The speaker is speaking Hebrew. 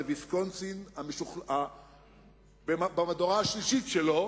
זה ויסקונסין במהדורה השלישית שלו,